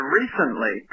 recently